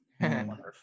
wonderful